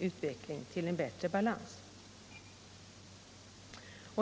utveckling till bättre balans.